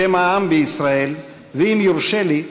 בשם העם בישראל, ואם יורשה לי,